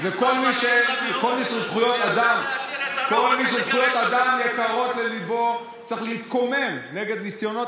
אז כל מי שזכויות אדם יקרות לליבו צריך להתקומם נגד ניסיונות